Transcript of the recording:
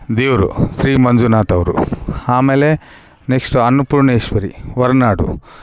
ದೇವರು ಶ್ರೀ ಮಂಜುನಾಥ ಅವರು ಆಮೇಲೆ ನೆಕ್ಸ್ಟು ಅನ್ನಪೂರ್ಣೇಶ್ವರಿ ಹೊರ್ನಾಡು